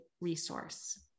resource